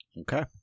Okay